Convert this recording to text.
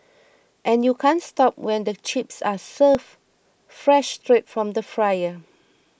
and you can't stop when the chips are served fresh straight from the fryer